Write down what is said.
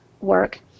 work